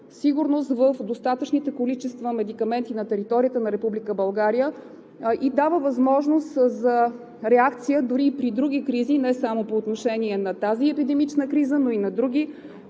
сигурност в достатъчните количества медикаменти на територията на Република България, дава възможност за реакция дори и при други кризи, не само по отношение на тази епидемична криза, но и на други,